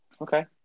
Okay